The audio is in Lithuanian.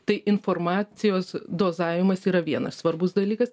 tai informacijos dozavimas yra vienas svarbus dalykas